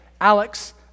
Alex